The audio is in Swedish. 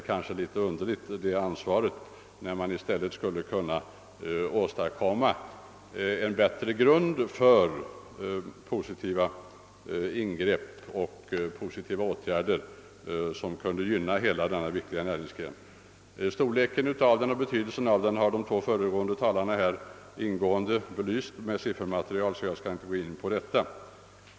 Detta sätt att ta ansvar förefaller något underligt, när man i stället skulle kunna åstadkomma en bättre grund för positiva ingrepp och åtgärder, som kunde gynna hela denna viktiga del av näringslivet. Storleken och betydelsen av denna sektor har de två föregående talarna ingående belyst med siffermaterial, så jag skall inte gå in på den saken.